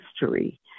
history